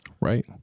right